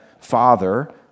Father